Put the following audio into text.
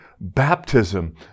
baptism